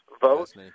vote